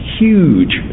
huge